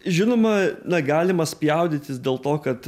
žinoma negalima spjaudytis dėl to kad